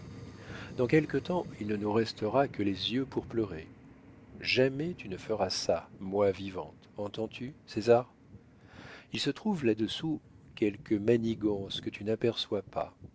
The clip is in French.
dans quelque temps il ne nous restera que les yeux pour pleurer jamais tu ne feras ça moi vivante entends-tu césar il se trouve là-dessous quelques manigances que tu n'aperçois pas